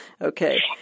Okay